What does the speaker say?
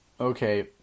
Okay